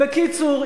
בקיצור,